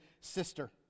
sister